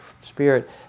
spirit